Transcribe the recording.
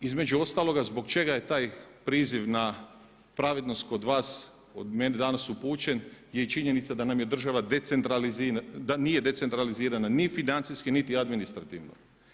Između ostaloga zbog čega je taj priziv na pravednost kod vas od mene danas upućen je i činjenica da nam država nije decentralizirana ni financijski niti administrativno.